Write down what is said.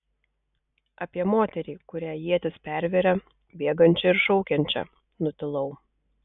apie moterį kurią ietis perveria bėgančią ir šaukiančią nutilau